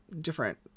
different